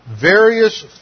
Various